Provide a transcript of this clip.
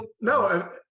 no